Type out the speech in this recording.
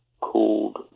called